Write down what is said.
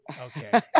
Okay